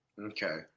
Okay